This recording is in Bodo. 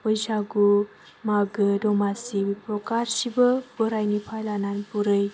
बैसागु मागो दमासि बेफोर गासैबो बोरायनिफ्राय लानानै बुरै